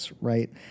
right